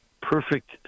perfect